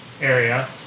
area